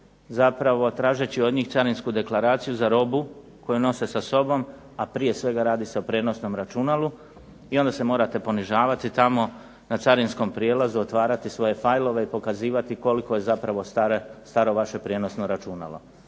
zapravo tražeći od njih carinsku deklaraciju za robu koju nose sa sobom, a prije svega radi se o prijenosnom računalu i onda se morate ponižavati tamo na carinskom prijelazu, otvarati svoje fajlove i pokazati koliko je zapravo staro vaše prijenosno računalo.